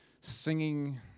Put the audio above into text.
singing